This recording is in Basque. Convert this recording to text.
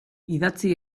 idatzi